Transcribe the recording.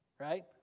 right